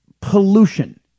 pollution